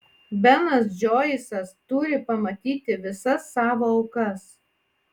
benas džoisas turi pamatyti visas savo aukas